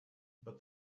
but